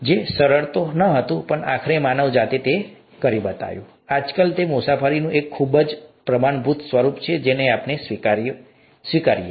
તે સરળ કાર્ય નહોતું પરંતુ આખરે માનવજાત ત્યાં પહોંચ્યું અને આજકાલ તે મુસાફરીનું એક ખૂબ જ પ્રમાણભૂત સ્વરૂપ છે જેને આપણે સ્વીકારીએ છીએ